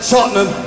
Tottenham